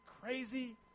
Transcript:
crazy